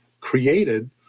created